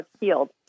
Healed